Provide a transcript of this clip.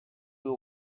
you